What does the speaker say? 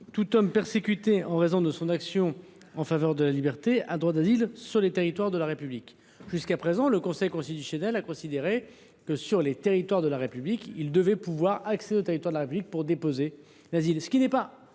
Tout homme persécuté en raison de son action en faveur de la liberté a droit d’asile sur les territoires de la République. » Jusqu’à présent, le Conseil constitutionnel a considéré que les personnes en question devaient avoir accès au territoire de la République pour déposer leur